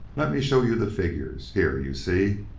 let me show you the figures. here, you see.